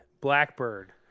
blackbird